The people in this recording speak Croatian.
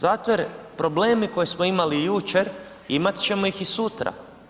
Zato jer probleme koje smo imali jučer, imat ćemo ih i sutra.